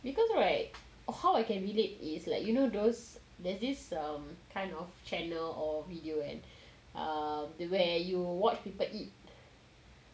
because right how I can relate is like you know those there's this kind of channel or video and err where you watch people eat